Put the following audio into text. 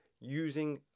using